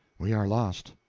we are lost.